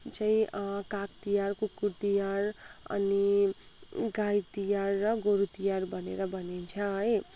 चाहिँ काग तिहार कुकुर तिहार अनि गाई तिहार र गोरु तिहार भनेर भनिन्छ है